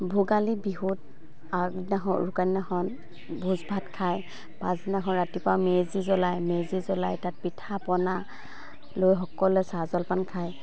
ভোগালী বিহুত আগদিনাখন উৰুকাৰ দিনাখন ভোজ ভাত খায় পাঁছদিনাখন ৰাতিপুৱা মেজি জ্বলায় মেজি জ্বলাই তাত পিঠা পনা লৈ সকলোৱে চাহ জলপান খায়